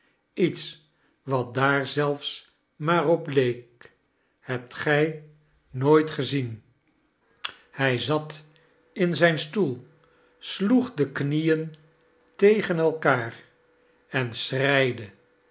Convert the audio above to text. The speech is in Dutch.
iets wat daar zelfs maar op leek hebt ge nooit gezien hij zat in zijn stoel sloeg de knieen tegen elkaar en